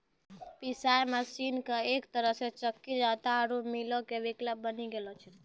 पिशाय मशीन एक तरहो से चक्की जांता आरु मीलो के विकल्प बनी गेलो छै